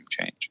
change